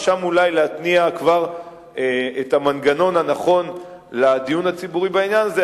ושם אולי להתניע כבר את המנגנון הנכון לדיון הציבורי בעניין הזה.